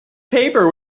paper